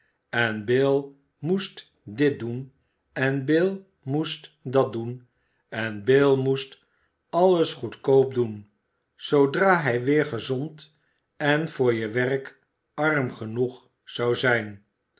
en bill moest dit doen en bill moest dat doen en bill moest alles goedkoop doen zoodra hij weer gezond en voor je werk arm genoeg zou zijn